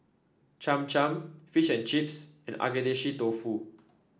Cham Cham Fish and Chips and Agedashi Dofu